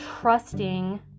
trusting